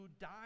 died